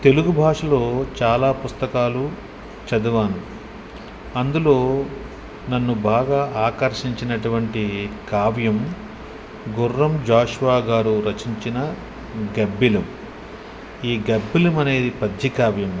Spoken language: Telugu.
తెలుగు భాషలో చాలా పుస్తకాలు చదివాను అందులో నన్ను బాగా ఆకర్షించినటువంటి కావ్యం గుర్రం జాషువా గారు రచించిన గబ్బిలం ఈ గబ్బిలం అనేది పద్యకావ్యము